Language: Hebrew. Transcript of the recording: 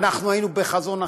היינו בחזון אחר,